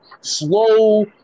slow